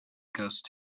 ghost